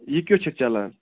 یہِ کٮُ۪تھ چھُ چلان